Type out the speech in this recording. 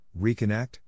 reconnect